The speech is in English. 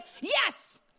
yes